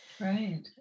Right